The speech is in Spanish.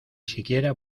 siquiera